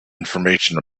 information